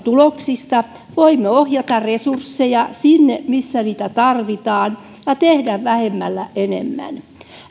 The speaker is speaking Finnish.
tuloksista voimme ohjata resursseja sinne missä niitä tarvitaan ja tehdä vähemmällä enemmän